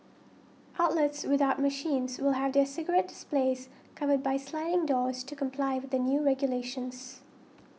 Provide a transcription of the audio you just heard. outlets without machines will have their cigarette displays covered by sliding doors to comply with the new regulations